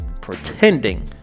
Pretending